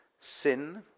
Sin